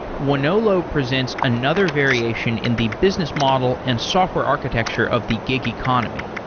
wonolo presents another variation in the business model and software architecture of the gig economy.